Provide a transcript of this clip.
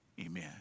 amen